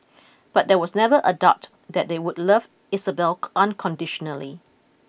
but there was never a doubt that they would love Isabelle unconditionally